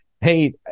hey